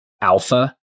alpha